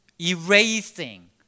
erasing